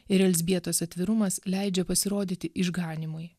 ir elzbietos atvirumas leidžia pasirodyti išganymui